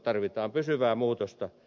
tarvitaan pysyvää muutosta